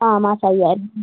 ആ മാസം അയ്യായിരം